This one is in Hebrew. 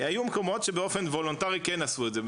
היו מקומות שבאופן וולונטרי כן עשו את זה.